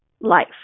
life